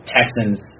Texans